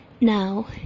Now